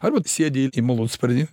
arba sėdi į malūnsparnį